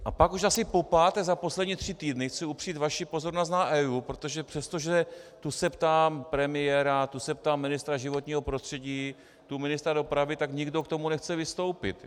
A pak už asi popáté za poslední tři týdny chci upřít vaši pozornost na EIA, protože přestože tu se ptám premiéra, tu se ptám ministra životního prostředí, tu ministra dopravy, tak nikdo k tomu nechce vystoupit.